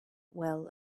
well